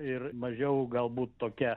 ir mažiau galbūt tokia